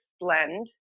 blend